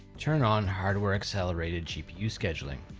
turn on hardware-accelerated gpu scheduling.